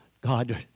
God